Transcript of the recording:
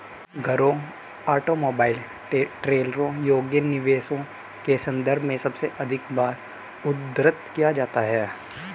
घरों, ऑटोमोबाइल, ट्रेलरों योग्य निवेशों के संदर्भ में सबसे अधिक बार उद्धृत किया जाता है